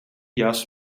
jas